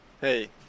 Hey